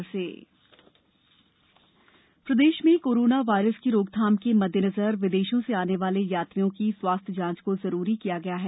corona virus प्रदेश में corona virus की रोकथाम के मद्देनजर विदेशों से आने वाले यात्रियों की स्वास्थ्य जांच को जरूरी किया गया है